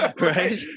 Right